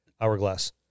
hourglass